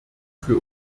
für